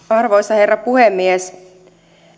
arvoisa herra puhemies